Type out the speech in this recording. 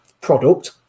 product